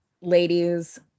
ladies